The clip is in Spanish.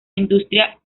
industria